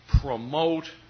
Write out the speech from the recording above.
promote